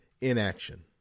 inaction